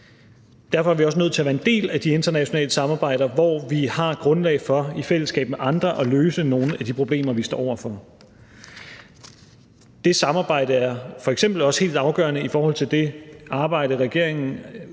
Derfor er vi også nødt til at være en del af de internationale samarbejder, hvor vi har grundlag for i fællesskabet med andre at løse nogle af de problemer, vi står over for. Det samarbejde er f.eks. også helt afgørende i forhold til det arbejde, regeringen